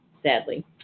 sadly